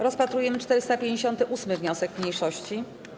Rozpatrujemy 458. wniosek mniejszości.